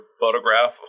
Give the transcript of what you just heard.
photograph